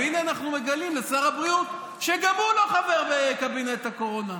והינה אנחנו מגלים לשר הבריאות שגם הוא לא חבר בקבינט הקורונה.